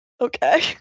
Okay